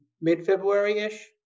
mid-February-ish